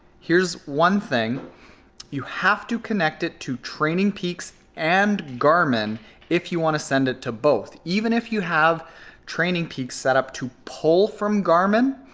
here's one thing you have to connect it to training peaks and garmin if you want to send it to both. even if you have training peaks set up to pull from garmin,